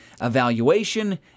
evaluation